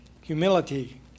humility